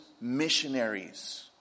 missionaries